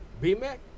B-Mac